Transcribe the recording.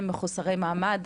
הם מחוסרי מעמד,